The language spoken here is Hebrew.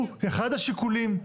הוא אחד השיקולים.